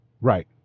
Right